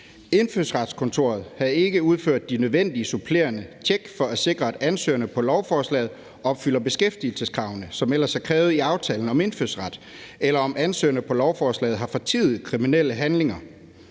Indfødsretskontoret havde ikke udført de nødvendige supplerende tjek for at sikre, at ansøgerne på lovforslaget opfyldte beskæftigelseskravene, som ellers er et krav ifølge aftalen om indfødsret, eller om ansøgerne på lovforslaget havde fortiet kriminelle handlinger.